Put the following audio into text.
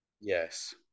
Yes